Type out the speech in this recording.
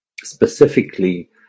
Specifically